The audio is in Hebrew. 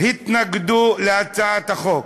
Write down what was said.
התנגדו להצעת החוק.